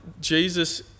Jesus